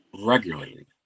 regularly